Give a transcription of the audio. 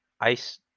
ice